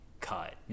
cut